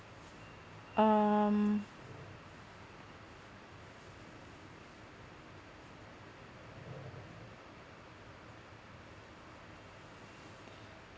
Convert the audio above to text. um